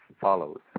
follows